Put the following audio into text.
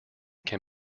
can